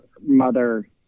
mother